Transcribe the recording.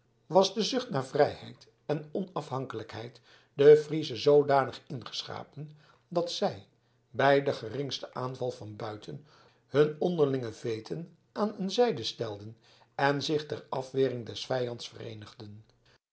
was de zucht naar vrijheid en onafhankelijkheid den friezen zoodanig ingeschapen dat zij bij den geringsten aanval van buiten hun onderlinge veeten aan een zijde stelden en zich ter afwering des vijands vereenigden